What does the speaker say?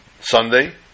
Sunday